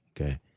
Okay